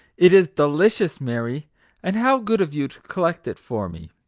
it is delicious, mary and how good of you to collect it for me